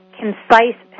concise